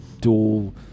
dual